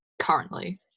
currently